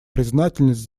признательность